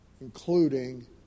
including